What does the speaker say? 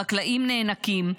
חקלאים נאנקים,